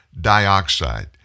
dioxide